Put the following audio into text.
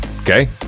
okay